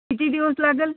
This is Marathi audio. किती दिवस लागेल